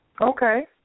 Okay